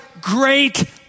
great